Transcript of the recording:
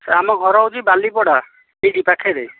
sir ଆମ ଘର ହେଉଛି ବାଲିପଡ଼ା ଏଇଠି ପାଖରେ